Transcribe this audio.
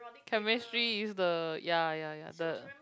chemistry is the ya ya ya the